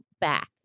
back